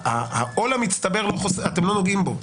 העול המצטבר של הבדיקה אתם לא נוגעים בו,